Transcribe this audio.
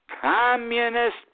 communist